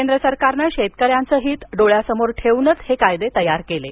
केंद्र सरकारने शेतकऱ्यांचं हित डोळ्यासमोर ठेवूनच हे कायदे तयार केले आहेत